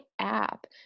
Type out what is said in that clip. app